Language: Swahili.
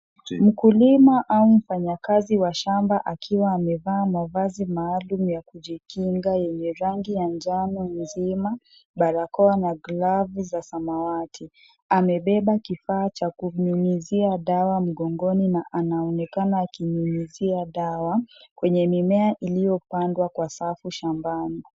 Mkulima au mfanyakazi akiwa amevaa mavazi maalum ya kujikinga yenye rangi ya njano nzima , barakoa na glavu za samawati. Amebeba kifaa cha kunyunyuzia dawa mgongoni na anaonekana akiwa akinyunyuzia dawa, kwenye mimea iliyopandwa kwa safu shambani.